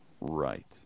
right